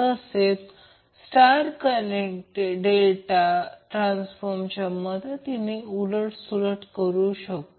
तसेच star delta ट्रान्सफॉर्मच्या मदतीने उलट सुलट करू शकता